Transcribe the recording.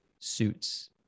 suits